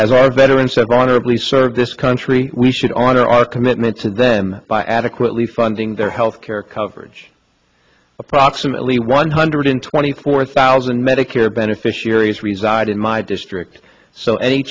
our veterans said honorably served this country we should honor our commitment to them by adequately funding their health care coverage approximately one hundred twenty four thousand medicare beneficiaries reside in my district so any